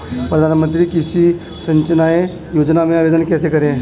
प्रधानमंत्री कृषि सिंचाई योजना में आवेदन कैसे करें?